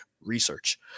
Research